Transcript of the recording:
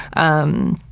um,